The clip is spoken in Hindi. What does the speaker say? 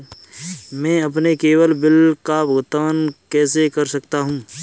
मैं अपने केवल बिल का भुगतान कैसे कर सकता हूँ?